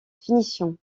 finition